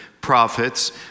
prophets